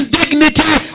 dignity